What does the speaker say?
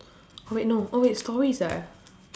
oh wait no oh wait stories ah